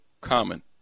Common